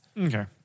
Okay